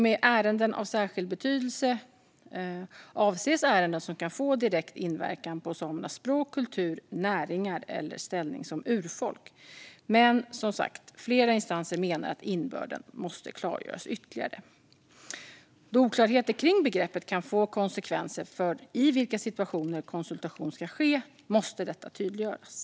Med ärenden av särskild betydelse avses ärenden som kan få direkt inverkan på samernas språk, kultur, näringar eller ställning som urfolk, men som sagt menar flera instanser att innebörden måste klargöras ytterligare. Då oklarheter kring begreppet kan få konsekvenser för i vilka situationer konsultation ska ske måste detta tydliggöras.